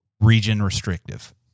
region-restrictive